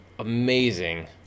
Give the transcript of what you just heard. amazing